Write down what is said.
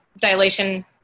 dilation